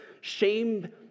shame